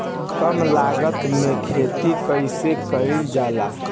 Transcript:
कम लागत में खेती कइसे कइल जाला?